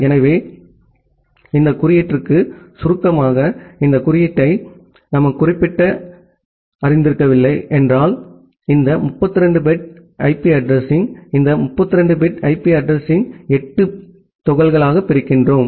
எனவே இந்த குறியீட்டிற்கு சுருக்கமாக இந்த குறிப்பிட்ட குறியீட்டை நீங்கள் அறிந்திருக்கவில்லை என்றால் இந்த 32 பிட் ஐபி அட்ரஸிங் இந்த 32 பிட் ஐபி அட்ரஸிங் 8 பிட் துகள்களாக பிரிக்கிறோம்